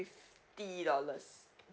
fifty dollars